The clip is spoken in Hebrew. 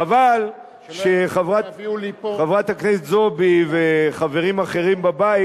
חבל שחברת הכנסת זועבי וחברים אחרים בבית